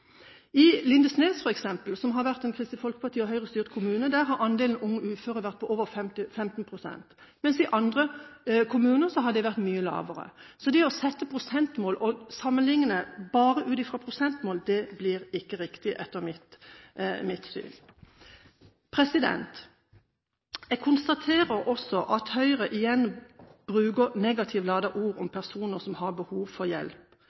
i de ulike fylkene. I Lindesnes f.eks., som har vært en Kristelig Folkeparti- og Høyre-styrt kommune, har andelen unge uføre vært på over 15 pst., mens i andre kommuner har den vært mye lavere. Det å sette prosentmål og sammenlikne bare ut fra prosentmål blir ikke riktig, etter mitt syn. Jeg konstaterer også at Høyre igjen bruker negativt ladede ord om personer som har behov for hjelp.